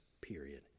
period